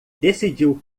decidiu